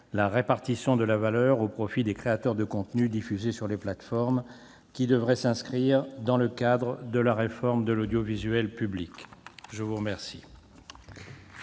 la répartition de la valeur au profit des créateurs de contenus diffusés sur les plateformes, qui devrait s'inscrire dans le cadre de la réforme de l'audiovisuel public. La parole